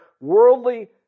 worldly